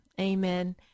amen